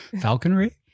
Falconry